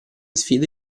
sfide